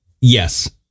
yes